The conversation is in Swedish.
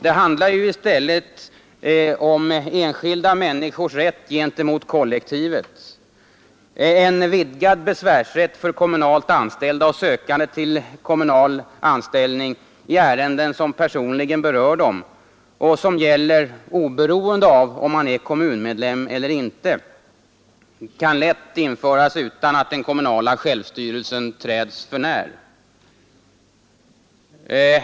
Det är ju i stället fråga om enskilda människors rätt gentemot kollektivet. En vidgad besvärsrätt för kommunalt anställda och sökande till kommunal tjänst i ärenden som personligen berör dem och som gäller oberoende av om man är kommunmedlem eller inte kan lätt införas utan att den kommunala självstyrelsen träds för när.